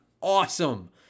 awesome